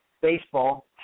baseball